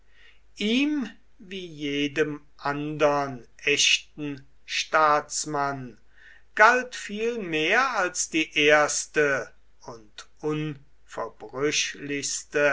ihm wie jedem andern echten staatsmann galt vielmehr als die erste und unverbrüchlichste